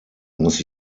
muss